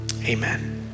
Amen